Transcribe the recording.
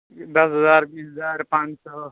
دس ہزار بیس ہزار پانچ سو